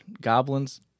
Goblins